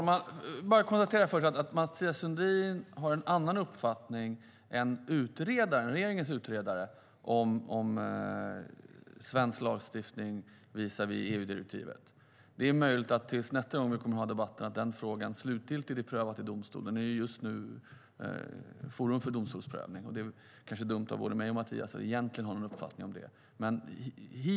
Fru talman! Jag vill först bara konstatera att Mathias Sundin har en annan uppfattning än regeringens utredare om svensk lagstiftning visavi EU-direktivet. Det är möjligt att den frågan är slutgiltigt prövad i domstol nästa gång vi har den här debatten. Den är ju just nu föremål för domstolsprövning, och det kanske är dumt av både mig och Mathias att egentligen ha någon uppfattning om det.